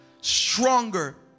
stronger